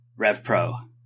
RevPro